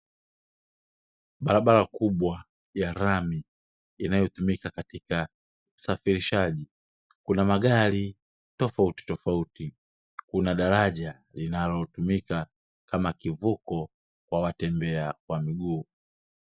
Barabara kubwa ya rami, inayotumika katika usafirishaji. Kuna magari tofautitofauti, kuna daraja linalotumika kama kivuko kwa watembea kwa miguu.